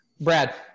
Brad